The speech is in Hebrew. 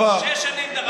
שש שנים דרשנו את זה.